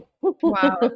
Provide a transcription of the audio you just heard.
Wow